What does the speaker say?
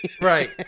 right